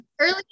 Early